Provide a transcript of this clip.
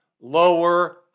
lower